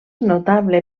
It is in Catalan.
notable